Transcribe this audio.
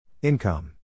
Income